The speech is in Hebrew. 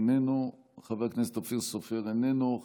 איננו, חבר הכנסת אופיר סופר, איננו.